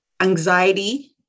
anxiety